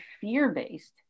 fear-based